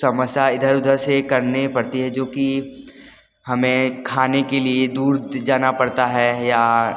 समस्या इधर उधर से करने पड़ती है जो कि हमें खाने के लिए दूर जाना पड़ता है या